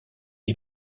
est